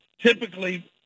typically